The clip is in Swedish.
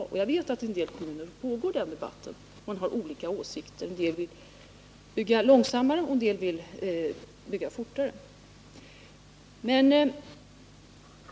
Jag vet att den debatten pågår i en del kommuner och att det förekommer olika åsikter om detta spörsmål. BI. a. vill en del bygga långsammare, medan andra vill gå snabbare fram.